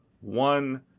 One